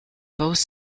both